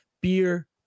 beer